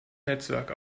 netzwerk